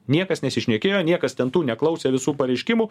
niekas nesišnekėjo niekas ten tų neklausė visų pareiškimų